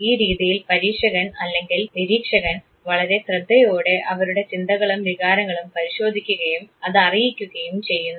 ഈ രീതിയിൽ പരീക്ഷകൻ അല്ലെങ്കിൽ നിരീക്ഷകൻ വളരെ ശ്രദ്ധയോടെ അവരുടെ ചിന്തകളും വികാരങ്ങളും പരിശോധിക്കുകയും അത് അറിയിക്കുകയും ചെയ്യുന്നു